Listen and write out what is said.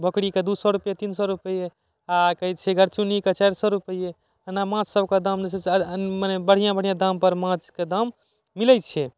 भौकरीके दू सए रुपैये तीन सए रुपैये आओर कहै छै गरचुन्नीके चारि सए रुपैये एना माछ सभके दाम जे छै से मने बढ़िआँ बढ़िआँ दामपर माछके दाम मिलै छै